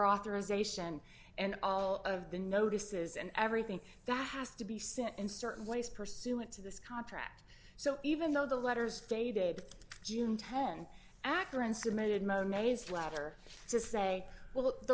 authorization and all of the notices and everything that has to be sent in certain ways pursuant to this contract so even though the letters dated june th akron submitted monet's latter to say well